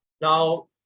now